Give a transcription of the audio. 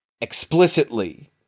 Explicitly